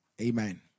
Amen